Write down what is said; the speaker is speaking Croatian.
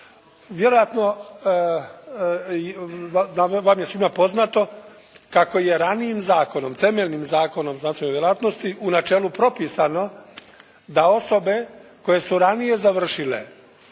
Vjerojatno vam je svima poznato kako je ranijim zakonom, temeljnim Zakonom o znanstvenoj djelatnosti u načelu propisano da osobe koje su ranije završile